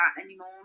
anymore